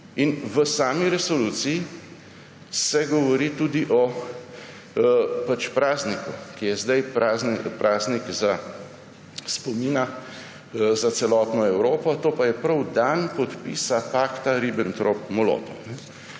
V sami resoluciji se govori tudi o prazniku, ki je zdaj praznik spomina za celotno Evropo, to pa je prav dan podpisa pakta Ribbentrop-Molotov.